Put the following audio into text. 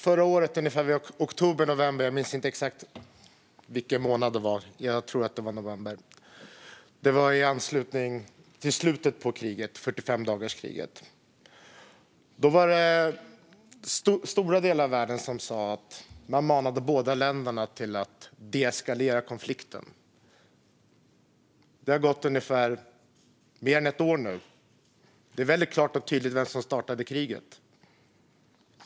Förra året, i november tror jag att det var, i anslutning till slutet på 45-dagarskriget, var det stora delar av världen som manade båda länderna att deeskalera konflikten. Det har gått mer än ett år nu, och det är väldigt klart och tydligt vem som startade kriget.